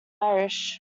irish